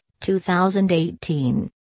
2018